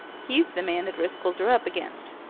he's the man the driscolls are up against.